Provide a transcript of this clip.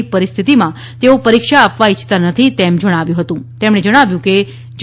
જયારે માત્ર પરિસ્થિતિમાં તેઓ પરીક્ષા આપવા ઇચ્છતા નથી તેમ જણાવ્યું હતું તેમણે જણાવ્યું હતું કે જી